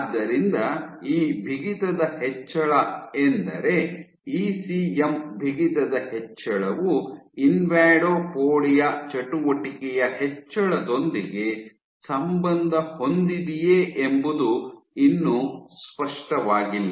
ಆದ್ದರಿಂದ ಈ ಬಿಗಿತದ ಹೆಚ್ಚಳ ಎಂದರೆ ಇಸಿಎಂ ಬಿಗಿತದ ಹೆಚ್ಚಳವು ಇನ್ವಾಡೋಪೊಡಿಯಾ ಚಟುವಟಿಕೆಯ ಹೆಚ್ಚಳದೊಂದಿಗೆ ಸಂಬಂಧ ಹೊಂದಿದೆಯೆ ಎಂಬುದು ಇನ್ನೂ ಸ್ಪಷ್ಟವಾಗಿಲ್ಲ